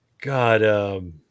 God